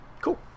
Cool